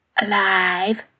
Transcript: Alive